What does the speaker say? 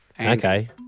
Okay